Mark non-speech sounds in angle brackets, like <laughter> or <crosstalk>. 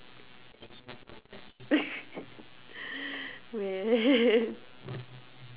<laughs> man